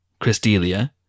Christelia